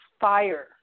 fire